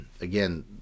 again